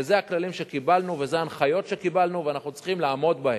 וזה הכללים שקיבלנו וזה ההנחיות שקיבלנו ואנחנו צריכים לעמוד בהם.